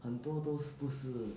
很多 those 不是